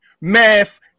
math